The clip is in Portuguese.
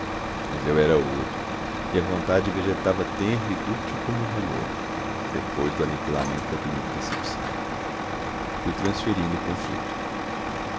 mas eu era outro e a vontade vegetava tenra e dúctil como um renovo depois do aniquilamento da primeira decepção fui transferindo o conflito